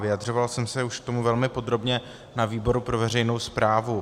Vyjadřoval jsem se k tomu velmi podrobně už na výboru pro veřejnou správu.